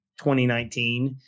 2019